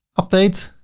update.